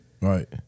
Right